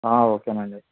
okay అండి